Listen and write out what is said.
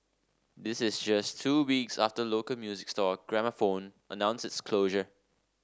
this is just two weeks after local music store Gramophone announced its closure